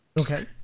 Okay